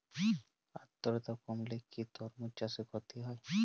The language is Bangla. আদ্রর্তা কমলে কি তরমুজ চাষে ক্ষতি হয়?